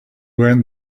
went